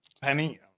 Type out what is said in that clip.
penny